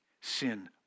Sin